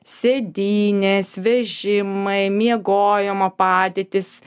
sėdynės vežimai miegojimo padėtys